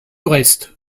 restes